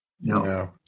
No